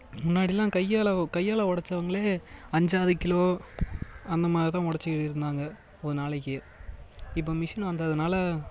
முன்னாடியெலாம் கையால் கையால் உடைச்சவங்களே அஞ்சாறு கிலோ அந்தமாதிரிதான் உடைச்சுட்டு இருந்தாங்க ஒரு நாளைக்கு இப்போ மிஷின் வந்ததுனால்